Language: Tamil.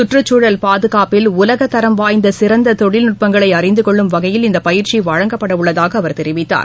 கற்றுச்சூழல் பாதுகாப்பில் உலகத்தரம் வாய்ந்த சிறந்த தொழில்நுட்பங்களை அறிந்துகொள்ளும் வகையில் இந்த பயிற்சி வழங்கப்படவுள்ளதாக அவர் தெரிவித்தார்